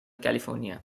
california